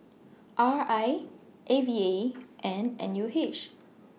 R I A V A and N U H